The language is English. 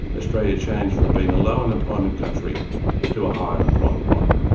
australia changed from being a low unemployment country to a high unemployment one.